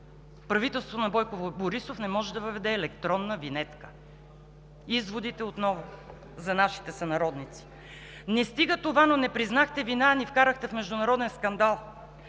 Правителството на Бойко Борисов не може да въведе електронна винетка. Изводите отново са за нашите сънародници. Не стига това, но не признахте вина, а ни вкарахте в международен скандал,